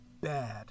bad